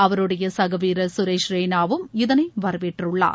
அவருடைய சக வீரர் சுரேஷ் ரெய்னாவும் இதனை வரவேற்றுள்ளார்